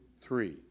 three